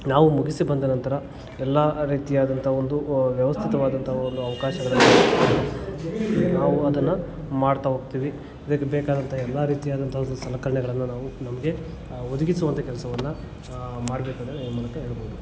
ನಾವು ಮುಗಿಸಿ ಬಂದ ನಂತರ ಎಲ್ಲ ರೀತಿಯಾದಂಥ ಒಂದು ವ್ಯವಸ್ಥಿತವಾದಂತಹ ಒಂದು ಅವಕಾಶಗಳನ್ನ ನಾವು ಅದನ್ನು ಮಾಡ್ತಾ ಹೋಗ್ತೀವಿ ಅದಕ್ಕೆ ಬೇಕಾದಂತಹ ಎಲ್ಲ ರೀತಿಯಾದಂಥ ಒಂದು ಸಲಕರಣೆಗಳನ್ನು ನಾವು ನಮಗೆ ಒದಗಿಸುವಂಥ ಕೆಲಸವನ್ನ ಮಾಡಬೇಕು ಅಂತ ಈ ಮೂಲಕ ಹೇಳ್ಬೋದು